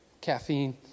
caffeine